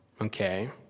okay